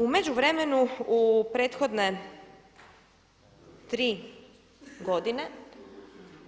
U međuvremenu u prethodne 3 godine,